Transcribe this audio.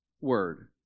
word